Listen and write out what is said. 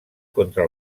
contra